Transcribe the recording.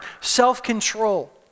Self-control